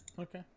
Okay